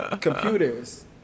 computers